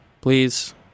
please